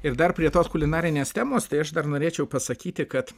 ir dar prie tos kulinarinės temos tai aš dar norėčiau pasakyti kad